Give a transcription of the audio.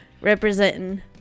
representing